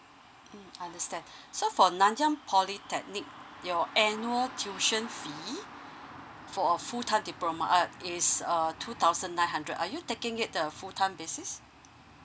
mm understand so for nanyang polytechnic your annual tuition fee for a full time diploma uh is err two thousand nine hundred are you taking it a full time basis